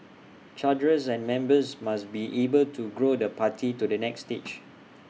cadres and members must be able to grow the party to the next stage